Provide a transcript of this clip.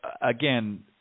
again